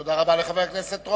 תודה רבה לחבר הכנסת רותם.